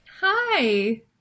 Hi